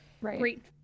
great